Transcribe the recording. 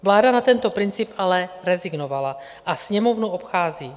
Vláda na tento princip rezignovala a Sněmovnu obchází.